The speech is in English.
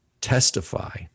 testify